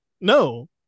No